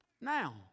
now